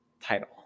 title